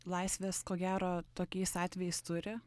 laisvės ko gero tokiais atvejais turi